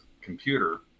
computer